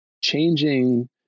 changing